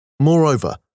Moreover